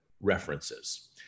references